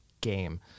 game